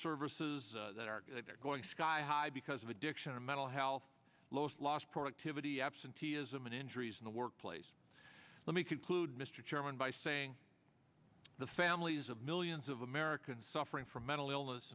services that are there going sky high because of addiction and mental health lost lost productivity absenteeism and injuries in the workplace let me conclude mr chairman by saying the families of millions of americans suffering from mental illness